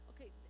Okay